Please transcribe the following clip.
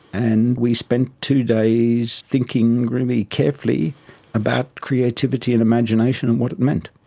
and we spent two days thinking really carefully about creativity and imagination and what it meant.